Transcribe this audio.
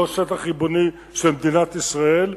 זה לא שטח ריבוני של מדינת ישראל,